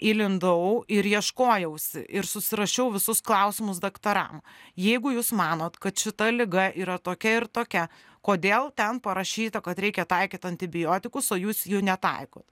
įlindau ir ieškojausi ir susirašiau visus klausimus daktaram jeigu jūs manot kad šita liga yra tokia ir tokia kodėl ten parašyta kad reikia taikyt antibiotikus o jūs jų netaikot